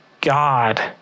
God